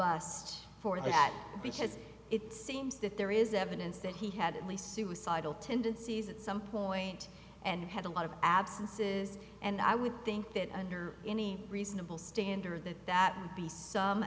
robust for that because it seems that there is evidence that he had at least suicidal tendencies at some point and had a lot of absences and i would think that under any reasonable standard that that would be some